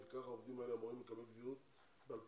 אם כך עובדים אלה אמורים לקבל קביעות ב-2021,